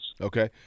okay